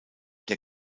der